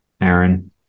aaron